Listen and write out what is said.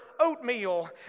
oatmeal